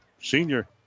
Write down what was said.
senior